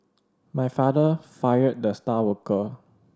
my father fired the star worker